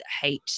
hate